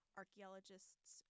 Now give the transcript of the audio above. archaeologists